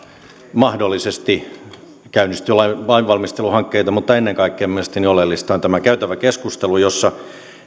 mahdollisesti käynnistyy lainvalmisteluhankkeita mutta ennen kaikkea mielestäni oleellista on tämä käytävä keskustelu jossa